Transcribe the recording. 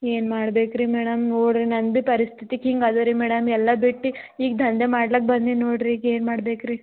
ಏನು ಮಾಡ್ಬೇಕು ರೀ ಮೇಡಮ್ ನೋಡ್ರಿ ನಂದು ಬಿ ಪರಿಸ್ಥಿತಿ ಹಿಂಗೆ ಅದಾ ರೀ ಮೇಡಮ್ ಎಲ್ಲ ಬಿಟ್ಟು ಈಗ ದಂಧೆ ಮಾಡ್ಲಿಕ್ ಬಂದಿನಿ ನೋಡ್ರಿ ಈಗೇನು ಮಾಡ್ಬೇಕು ರೀ